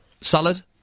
Salad